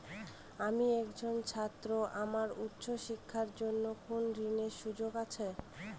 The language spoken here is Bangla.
আমি একজন ছাত্র আমার উচ্চ শিক্ষার জন্য কোন ঋণের সুযোগ আছে?